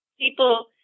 People